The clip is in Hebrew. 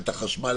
את החשמל,